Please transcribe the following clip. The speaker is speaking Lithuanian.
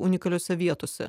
unikaliose vietose